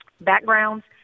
backgrounds